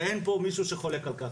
ואין פה מישהו שחולק על כך.